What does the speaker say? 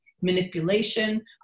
manipulation